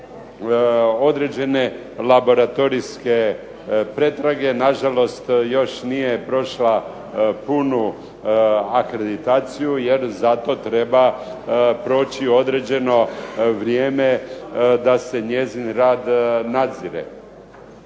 određene laboratorijske pretrage. Nažalost, još nije prošla punu akreditaciju jer za to treba proći određeno vrijeme da se njezin rad nadzire.